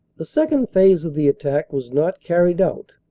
the second phase of the attack was not carried out,